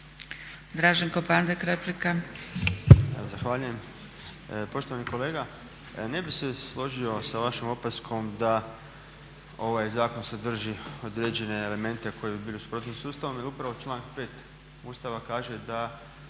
Draženko Pandek, replika.